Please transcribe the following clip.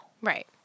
Right